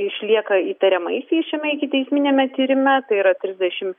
išlieka įtariamaisiais šiame ikiteisminiame tyrime tai yra trisdešim trys